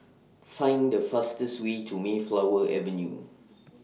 Find The fastest Way to Mayflower Avenue